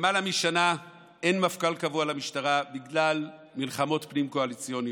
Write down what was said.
למעלה משנה אין מפכ"ל קבוע למשטרה בגלל מלחמות פנים-קואליציוניות.